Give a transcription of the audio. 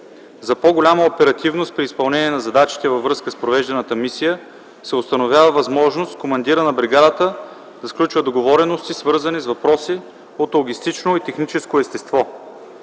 За по-голяма оперативност при изпълнение на задачите във връзка с провежданата мисия се установява възможност командирът на бригадата да сключва договорености, свързани с въпроси от логистично или техническо естество.